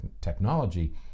technology